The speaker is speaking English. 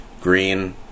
Green